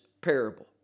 parable